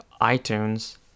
iTunes